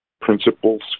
principles